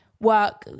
work